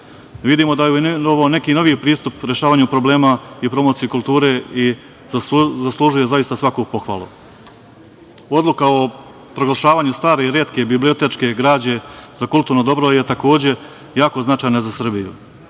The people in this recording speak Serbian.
Vidimo da je ovo neki novi pristup rešavanju problema i promocije kulture i zaslužuje zaista svaku pohvalu. Odluka o proglašavanju stare i retke bibliotečke građe za kulturno dobro je takođe jako značajno za Srbiju. Svi